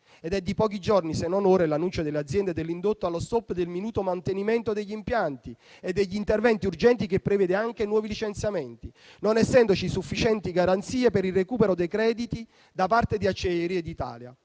ed è di pochi giorni, se non ore, l'annuncio delle aziende dell'indotto relativo allo stop del minuto mantenimento degli impianti e degli interventi urgenti che prevede anche nuovi licenziamenti, non essendoci sufficienti garanzie per il recupero dei crediti da parte di Acciaierie d'Italia.